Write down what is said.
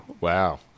Wow